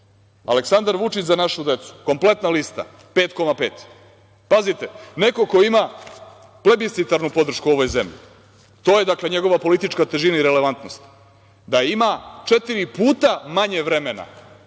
20,5%.Aleksandar Vučić – za našu decu, kompletna lista 5,5%. Pazite, neko ko ima plebiscitarnu podršku u ovoj zemlji, to je njegova politička težina i relevantnost, da ima četiri puta manje vremena